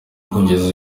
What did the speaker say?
kugeza